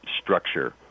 structure